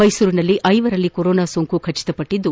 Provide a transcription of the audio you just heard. ಮೈಸೂರಿನಲ್ಲಿ ಐವರಲ್ಲಿ ಕೊರೊನಾ ಸೋಂಕು ಖಚಿತಪಟ್ಟಿದ್ದು